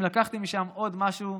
אם לקחתי משם עוד משהו,